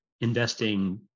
investing